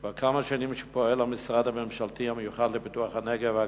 כבר כמה שנים פועל המשרד הממשלתי המיוחד לפיתוח הנגב והגליל.